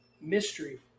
mystery